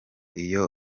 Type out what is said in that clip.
iyo